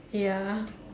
ya